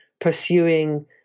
pursuing